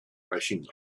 rushing